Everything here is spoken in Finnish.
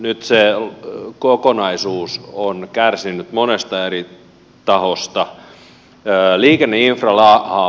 nyt se kokonaisuus on kärsinyt monesta eri tahosta